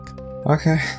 Okay